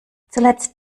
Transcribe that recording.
zuletzt